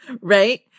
Right